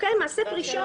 אוקיי, מעשה פרישה.